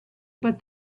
but